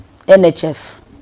NHF